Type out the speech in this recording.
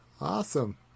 awesome